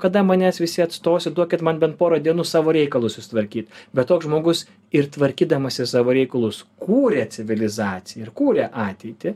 kada manęs visi atstosit duokit man bent porą dienų savo reikalus susitvarkyt bet toks žmogus ir tvarkydamasis savo reikalus kuria civilizaciją ir kuria ateitį